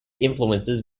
influences